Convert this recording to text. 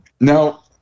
Now